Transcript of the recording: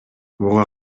буга